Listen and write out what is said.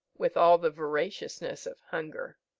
with all the voraciousness of hunger.